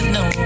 no